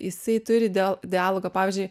jisai turi dial dialogą pavyzdžiui